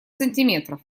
сантиметров